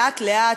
לאט-לאט,